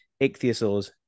ichthyosaurs